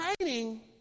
training